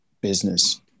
business